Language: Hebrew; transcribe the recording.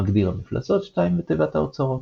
מגדיר המפלצות 2, ותיבת האוצרות.